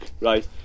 right